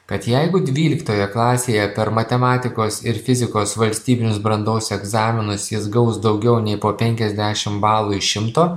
kad jeigu dvyliktoje klasėje per matematikos ir fizikos valstybinius brandos egzaminus jis gaus daugiau nei po penkiasdešim balų iš šimto